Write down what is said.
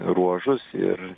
ruožus ir